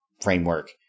framework